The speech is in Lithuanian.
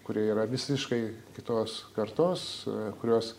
kurie yra visiškai kitos kartos kurios